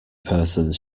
persons